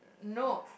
no